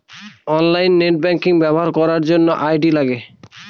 online net banking ব্যবহার করার জন্য আই.ডি লাগে